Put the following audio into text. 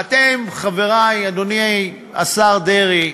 ואתם, חברי, אדוני השר דרעי,